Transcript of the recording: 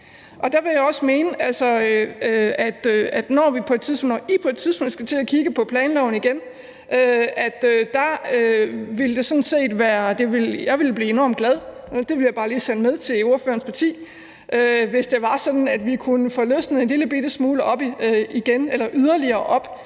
Og der vil jeg også mene, at når I på et tidspunkt skal sidde og kigge på planloven igen, ville jeg blive enormt glad – det vil jeg bare lige sende med til ordførerens parti – hvis det var sådan, at vi kunne få løsnet en lille bitte smule op igen eller lukket yderligere op